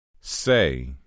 Say